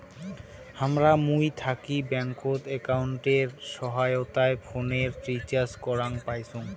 হামরা মুই থাকি ব্যাঙ্কত একাউন্টের সহায়তায় ফোনের রিচার্জ করাং পাইচুঙ